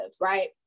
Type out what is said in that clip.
right